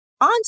On